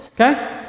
okay